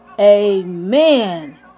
Amen